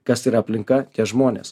kas yra aplinka tie žmonės